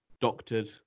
doctored